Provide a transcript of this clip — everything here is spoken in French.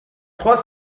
trois